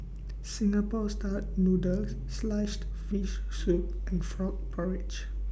Singapore Style Noodles Sliced Fish Soup and Frog Porridge